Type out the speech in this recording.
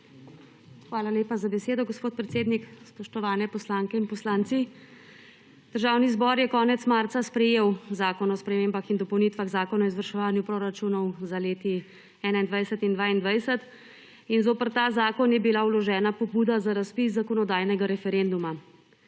Hvala lepa za besedo, gospod predsednik. Spoštovani poslanke in poslanci! Državni zbor je konec marca sprejel Zakon o spremembah in dopolnitvah zakona o izvrševanju proračunov za leti 2021 in 2022 in zoper ta zakon je bila vložena pobuda za razpis zakonodajnega referenduma.